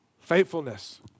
Faithfulness